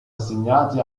assegnati